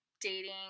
dating